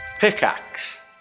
pickaxe